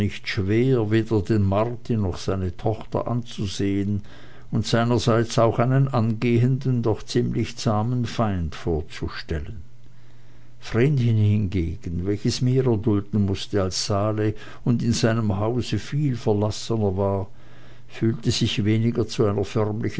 schwer weder den marti noch seine tochter anzusehen und seinerseits auch einen angehenden doch ziemlich zahmen feind vorzustellen vrenchen hingegen welches mehr erdulden mußte als sali und in seinem hause viel verlassener war fühlte sich weniger zu einer förmlichen